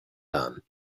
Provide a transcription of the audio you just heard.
done